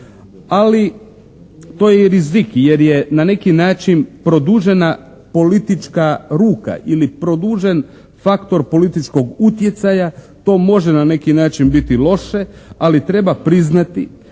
Ali to je i rizik jer je na neki način produžena politička ruka ili produžen faktor političkog utjecaja. To može na neki način biti loše, ali treba priznati